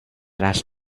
last